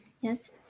Yes